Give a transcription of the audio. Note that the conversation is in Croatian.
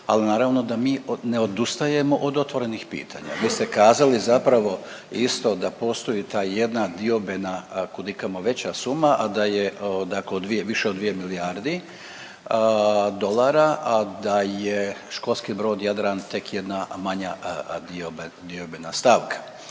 al naravno da mi ne odustajemo od otvorenih pitanja. Vi ste kazali zapravo isto da postoji ta jedna diobena kudikamo veća suma, a da je dakle više od dvije milijardi dolara da je Školski brod Jadran tek jedna manja diobena stavka.